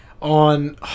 on